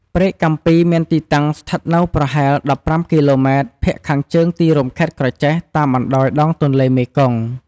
ព្រែកកាំពីមានទីតាំងស្ថិតនៅប្រហែល ១៥ គីឡូម៉ែត្រភាគខាងជើងទីរួមខេត្តក្រចេះ តាមបណ្តោយដងទន្លេមេគង្គ ។